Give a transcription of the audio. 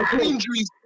Injuries